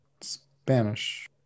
Spanish